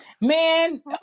Man